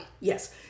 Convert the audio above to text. yes